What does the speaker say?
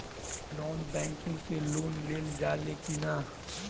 Non banking से loan लेल जा ले कि ना?